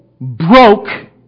broke